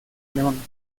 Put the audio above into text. alemán